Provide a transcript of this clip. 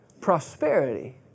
Prosperity